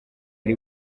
ari